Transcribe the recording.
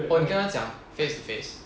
oh 你跟他讲 face to face